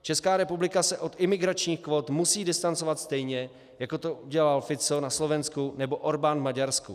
Česká republika se od imigračních kvót musí distancovat stejně, jako to udělal Fico na Slovensku nebo Orbán v Maďarsku.